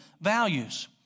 values